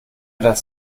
das